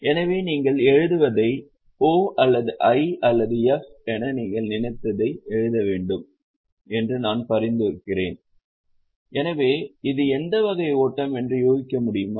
எனவே நீங்கள் எழுதுவதை o அல்லது i அல்லது f என நீங்கள் நினைத்ததை எழுத வேண்டும் என்று நான் பரிந்துரைக்கிறேன் எனவே இது எந்த வகை ஓட்டம் என்று யூகிக்க முடியுமா